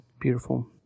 Beautiful